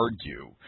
argue